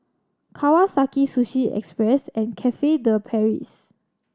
Kawasaki Sushi Express and Cafe De Paris